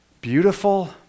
beautiful